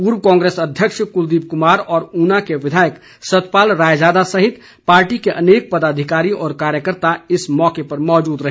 पूर्व कांग्रेस अध्यक्ष कलदीप कुमार और ऊना के विधायक सतपाल रायजादा सहित पार्टी के अनेक पदाधिकारी व कार्यकर्ता इस मौके मौजूद रहे